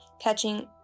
catching